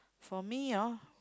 for me orh